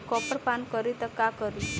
Copper पान करी त का करी?